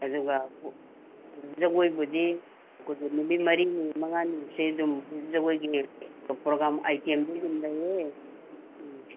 ꯑꯗꯨꯒ ꯖꯒꯣꯏꯕꯨꯗꯤ ꯑꯩꯈꯣꯏꯒꯤ ꯅꯨꯃꯤꯠ ꯃꯔꯤꯅꯤ ꯃꯉꯥꯅꯤꯁꯤ ꯑꯗꯨꯝ ꯖꯒꯣꯏꯒꯤ ꯄ꯭ꯔꯣꯒꯥꯝ ꯑꯥꯏꯇꯦꯝꯗꯤ ꯑꯗꯨꯝ ꯂꯩꯌꯦ ꯎꯝ